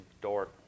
door